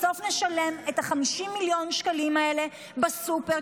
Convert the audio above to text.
בסוף נשלם את 50 מיליון השקלים האלה בסופר,